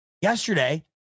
Yesterday